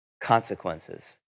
consequences